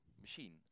Machine